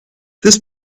this